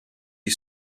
you